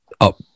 up